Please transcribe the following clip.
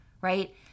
right